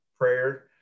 Prayer